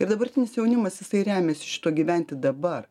ir dabartinis jaunimas jisai remiasi šituo gyventi dabar